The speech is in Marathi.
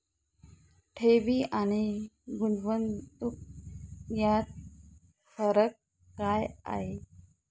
ठेवी आणि गुंतवणूक यात फरक काय आहे?